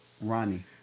Ronnie